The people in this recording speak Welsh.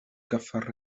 gyfer